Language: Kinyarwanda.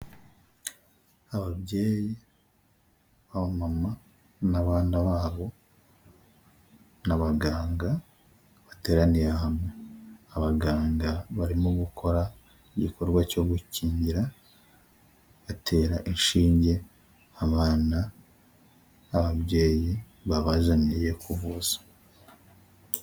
Ababyeyi, abamama n'abana babo, n'abaganga bateraniye hamwe, abaganga barimo gukora igikorwa cyo gukingira batera inshinge abana, ababyeyi babazaniye kuvuza.